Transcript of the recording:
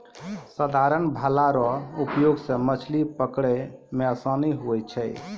साधारण भाला रो प्रयोग से मछली पकड़ै मे आसानी हुवै छै